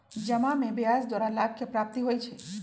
जमा में ब्याज द्वारा लाभ के प्राप्ति होइ छइ